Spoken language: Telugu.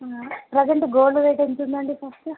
ఆ ప్రెసెంట్ గోల్డ్ రేట్ ఎంత ఉందండి ఫస్ట్